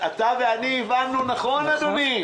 אתה ואני הבנו נכון, אדוני.